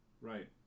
right